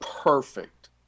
perfect